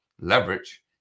leverage